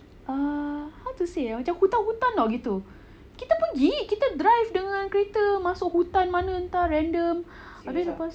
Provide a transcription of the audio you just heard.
err how to say ah macam hutan-hutan oh begitu kita pergi kita drive dengan kereta masuk hutan mana entah random